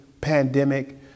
pandemic